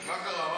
מה קרה?